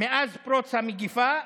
מאז פרוץ המגפה,